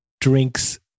drinks